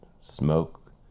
smoke